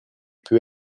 peu